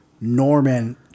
Norman